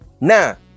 Now